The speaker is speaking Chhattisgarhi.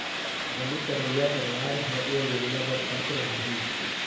बनी करइया परवार ह ए योजना बर पात्र होही